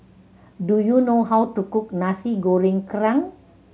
do you know how to cook Nasi Goreng Kerang